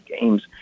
games